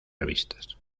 revistas